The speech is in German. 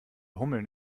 hummeln